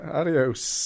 Adios